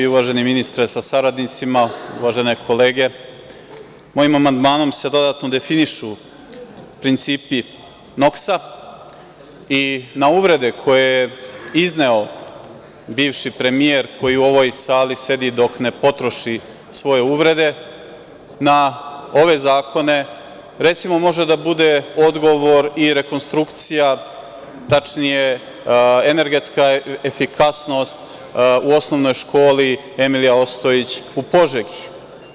Uvaženi ministre sa saradnicima, uvažene kolege, mojim amandmanom se dodatno definišu principi NOKS-a i na uvrede koje je izneo bivši premijer, koji u ovoj sali sedi dok ne potroši svoje uvrede, na ove zakone, recimo, može da bude odgovor i rekonstrukcija, tačnije energetska efikasnost u osnovnoj školi „Emilija Ostojić“ u Požegi.